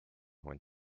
when